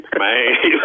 man